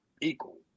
equal